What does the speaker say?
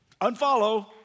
unfollow